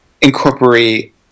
incorporate